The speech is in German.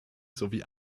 sowie